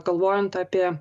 galvojant apie